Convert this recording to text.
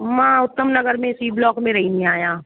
मां उत्तम नगर में C block में रहंदी आहियां